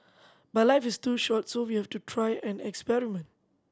but life is too short so we have to try and experiment